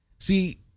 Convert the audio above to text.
See